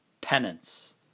Penance